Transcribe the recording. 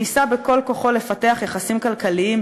ניסה בכל כוחו לפתח יחסים כלכליים,